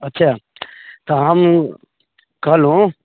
अच्छा तऽ हम कहलहुॅं